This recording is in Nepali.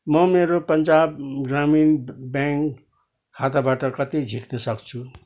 म मेरो पन्जाब ग्रामीण ब्याङ्क खाताबाट कति झिक्न सक्छु